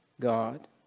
God